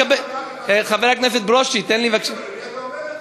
חבר הכנסת ברושי, תן לי בבקשה,